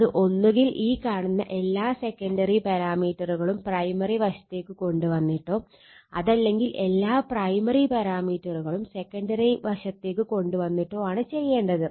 അത് ഒന്നുകിൽ ഈ കാണുന്ന എല്ലാ സെക്കണ്ടറി പാരാമീറ്ററുകളും പ്രൈമറി വശത്തേക്ക് കൊണ്ട് വന്നിട്ടോ അതല്ലെങ്കിൽ എല്ലാ പ്രൈമറി പാരാമീറ്ററുകളും സെക്കൻഡറി വശത്തേക്ക് കൊണ്ട് ആണ് ചെയ്യേണ്ടത്